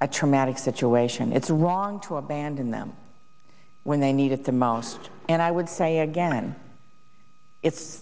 a traumatic situation it's wrong to abandon them when they need it the most and i would say again it's